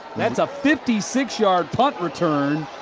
that's a fifty six yard punt return,